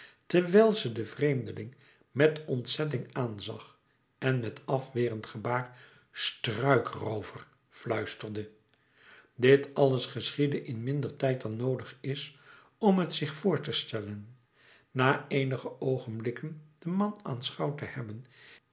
terwijl ze den vreemdeling met ontzetting aanzag en met afwerend gebaar struikroover fluisterde dit alles geschiedde in minder tijd dan noodig is om het zich voor te stellen na eenige oogenblikken den man aanschouwd te hebben